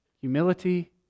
humility